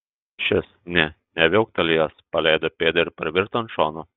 šis nė neviauktelėjęs paleido pėdą ir parvirto ant šono